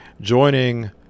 Joining